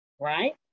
right